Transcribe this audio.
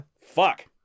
fuck